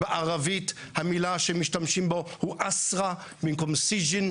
בערבית המילה שמשתמשים בה היא אסרא במקום סיג'ין.